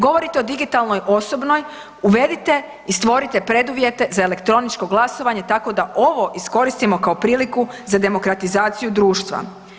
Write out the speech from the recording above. Govorite o digitalnoj osobnoj, uvedite i stvorite preduvjete za elektroničko glasovanje tako da ovo iskoristimo kao priliku za demokratizaciju društva.